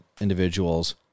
individuals